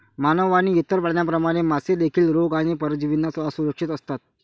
मानव आणि इतर प्राण्यांप्रमाणे, मासे देखील रोग आणि परजीवींना असुरक्षित असतात